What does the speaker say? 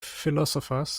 philosophers